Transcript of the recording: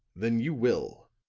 then you will,